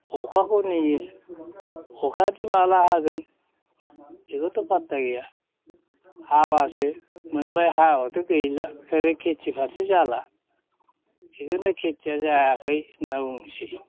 अखाखौ नेयो अखायादि माब्ला हागोन बेखौथ' पात्ता गैया हाबासो मोनबाय हायाबाथ' गैला ओरै खेथि फारसे जाला बेखौनो खेथिया जायाखै होनना बुंनोसै